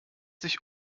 sich